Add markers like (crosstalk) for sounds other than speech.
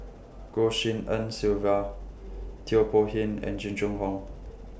Goh Tshin En Sylvia Teo (unintelligible) and Jing Jun Hong